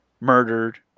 murdered